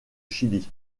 chili